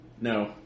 No